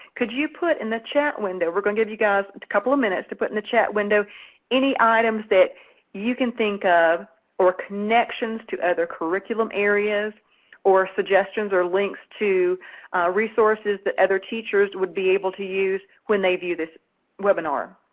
could you put in the chat window we're going to give you guys a couple of minutes to put in the chat window any items that you can think of or connections to other curriculum areas or suggestions or links to resources that other teachers would be able to use when they view this webinar.